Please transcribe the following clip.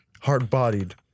hard-bodied